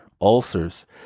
ulcers